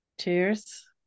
Cheers